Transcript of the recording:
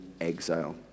exile